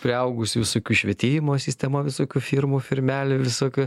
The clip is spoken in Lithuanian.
priaugusių visokių švietimo sistema visokių firmų firmelių visokių